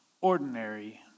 ordinary